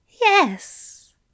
Yes